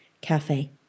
CAFE